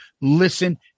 listen